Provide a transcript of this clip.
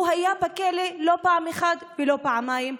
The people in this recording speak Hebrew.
הוא היה בכלא לא פעם אחת ולא פעמיים,